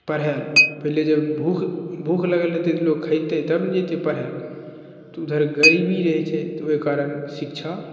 पढ़ए लए पहिले जब भूख भूख लागल रहतै तऽ लोक खैतै तब ने जेतै पढ़ए लए तऽ उधर गरीबी रहै छै तऽ उहे कारण शिक्षा